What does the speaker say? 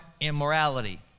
immorality